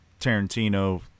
Tarantino